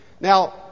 Now